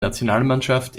nationalmannschaft